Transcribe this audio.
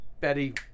Betty